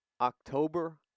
October